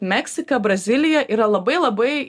meksika brazilija yra labai labai